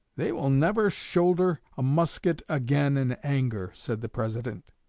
they will never shoulder a musket again in anger said the president,